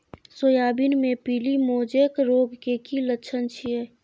Soybean मे पीली mosaic रोग के की लक्षण छीये?